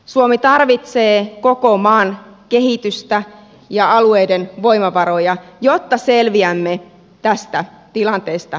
suomi tarvitsee koko maan kehitystä ja alueiden voimavaroja jotta selviämme tästä tilanteesta eteenpäin